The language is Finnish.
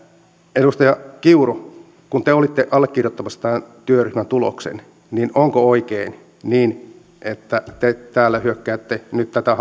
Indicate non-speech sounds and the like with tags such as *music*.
edustaja kiuru kun te te olitte allekirjoittamassa tämän työryhmän tuloksen onko oikein että te täällä hyökkäätte nyt tätä *unintelligible*